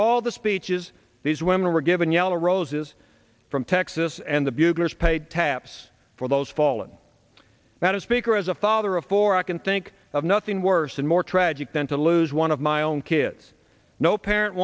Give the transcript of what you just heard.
all the speeches these women were given yellow roses from texas and the buglers paid taps for those fallen about a speaker as a father of four i can think of nothing worse and more tragic than to lose one of my own kids no parent